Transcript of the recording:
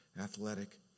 athletic